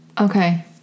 Okay